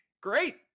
great